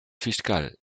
fiscal